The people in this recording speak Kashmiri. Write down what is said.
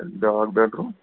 بیٛاکھ بیٚڈ روٗم